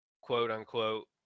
quote-unquote